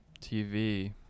tv